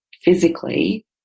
physically